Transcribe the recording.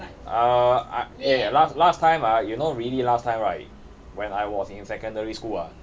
uh eh last last time ah you know really last time right when I was in secondary school ah